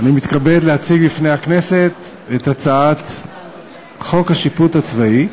לפי חוק השיפוט הצבאי,